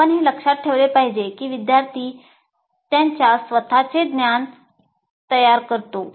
आपण हे लक्षात ठेवले पाहिजे की विद्यार्थी त्याचे स्वत चे ज्ञान तयार करतो